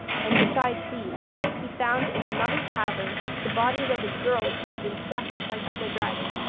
and, besides these, he found in another cavern the bodies of the girls who had been sacrificed to the dragon,